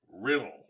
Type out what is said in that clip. Riddle